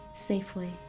safely